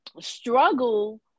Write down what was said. struggle